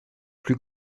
plus